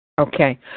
Okay